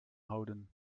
houden